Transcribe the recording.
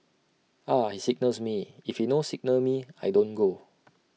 Ah He signals me if he no signal me I don't go